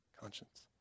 Conscience